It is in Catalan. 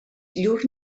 llur